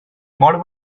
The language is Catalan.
mort